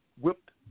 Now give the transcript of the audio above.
whipped